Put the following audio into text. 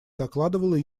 докладывал